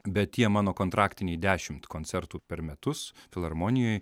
bet tie mano kontraktiniai dešimt koncertų per metus filharmonijoj